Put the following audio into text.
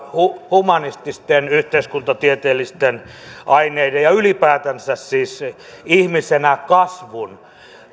humanististen ja yhteiskuntatieteellisten aineiden ja ylipäätänsä siis ihmisenä kasvun